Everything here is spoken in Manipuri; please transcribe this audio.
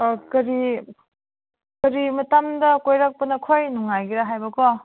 ꯑꯥ ꯀꯔꯤ ꯀꯔꯤ ꯃꯇꯝꯗ ꯀꯣꯏꯔꯛꯄꯅ ꯈ꯭ꯋꯥꯏ ꯅꯨꯡꯉꯥꯏꯒꯦꯔꯥ ꯍꯥꯏꯕꯀꯣ